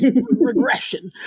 regression